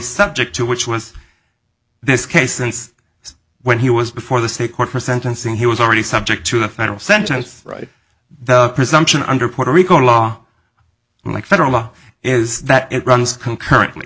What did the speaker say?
subject to which was this case since when he was before the state court for sentencing he was already subject to a federal centers right the presumption under puerto rico law like federal law is that it runs concurrently